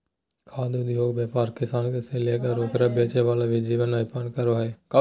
खाद्य उद्योगके व्यापार किसान से लेकर ओकरा बेचे वाला भी जीवन यापन करो हइ